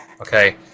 Okay